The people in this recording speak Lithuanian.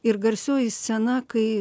ir garsioji scena kai